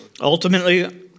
Ultimately